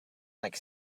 like